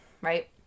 right